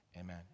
Amen